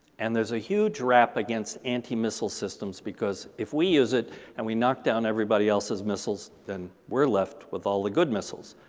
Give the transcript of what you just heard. and there's a huge rap against anti-missile systems because if we use it and we knock down everybody else's missiles, then we're left with all the good missiles.